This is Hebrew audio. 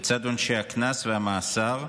לצד עונשי הקנס והמאסר,